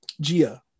Gia